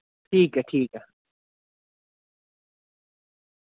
ठीक ऐ ठीक ऐ